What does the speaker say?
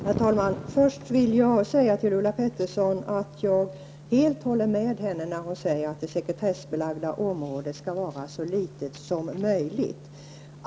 Herr talman! Först vill jag säga till Ulla Pettersson att jag helt håller med henne när hon säger att det sekretessbelagda området skall vara så litet som möjligt.